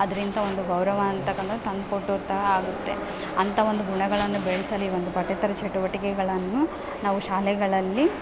ಅದರಿಂದ ಒಂದು ಗೌರವ ಅಂತಕಂಥದ್ದು ತಂದುಕೊಟ್ಟು ತಹ ಆಗುತ್ತೆ ಅಂಥ ಒಂದು ಗುಣಗಳನ್ನ ಬೆಳೆಸಲಿ ಒಂದು ಪಠ್ಯೇತರ ಚಟುವಟಿಕೆಗಳನ್ನು ನಾವು ಶಾಲೆಗಳಲ್ಲಿ